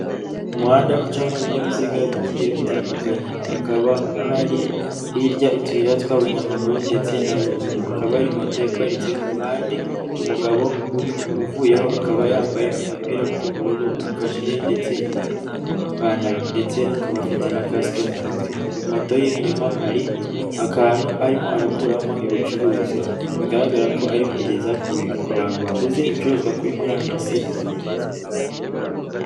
Umuhanda ucamo ibinyabiziga bigiye bitandukanye. Hakaba hari hirya utuyira tw'abanyamaguru ndetse na ruhurura. Hakaba hari moto iparitse ku ruhande, umugabo uvuyeho akaba yambaye agapira k'ubururu, akajire, ndetse n'ipantaro. Ndetse akaba afite na kasike mu mutwe. Imoto ye inyuma hari akantu arimo arakuramo ibicuruzwa. Bigaragara ko ari kugeza ku bantu baguze ibicuruzwa kuri murandasi...